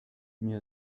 mir